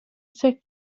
sixth